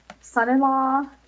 son-in-law